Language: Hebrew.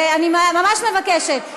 אני ממש מבקשת,